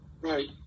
Right